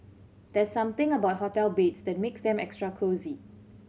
there's something about hotel beds that makes them extra cosy